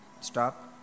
stop